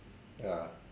ya